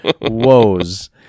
Woes